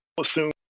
assume